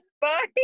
Bye